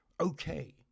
Okay